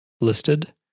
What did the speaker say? listed